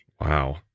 Wow